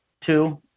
two